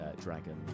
dragon